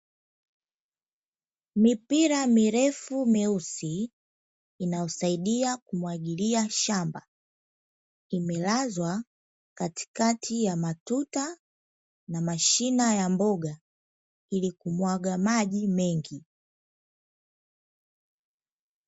Mipira mirefu meusi inayosaidia kumwagilia shamba imelazwa, katikati ya matuta na mashina ya mboga ili kumwaga maji mengi.